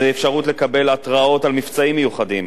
זו אפשרות לקבל התרעות על מבצעים מיוחדים,